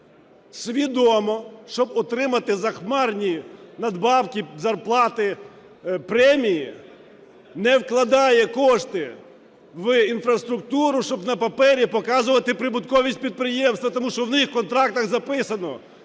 свідомо, щоб отримати захмарні надбавки, зарплати, премії, не вкладає кошти в інфраструктуру, щоб на папері показувати прибутковість підприємства. Тому що в них в контрактах записано: